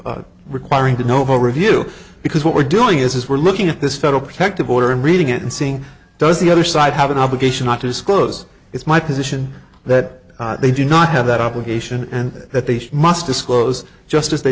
of requiring the noble review because what we're doing is we're looking at this federal protective order and reading it and saying does the other side have an obligation not to disclose it's my position that they do not have that obligation and that they must disclose just as they